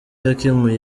yakemuye